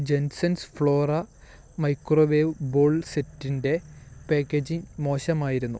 Jensen's Flora microwave bowl സെറ്റിന്റെ packaging മോശമായിരുന്നു